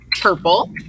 purple